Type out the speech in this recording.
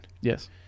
Yes